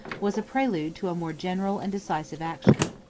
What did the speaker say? was a prelude to a more general and decisive action.